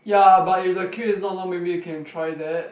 ya but if the queue is not long maybe you can try that